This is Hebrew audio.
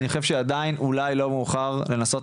אני חושב שעדיין אולי לא מאוחר לנסות